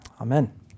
amen